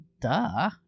duh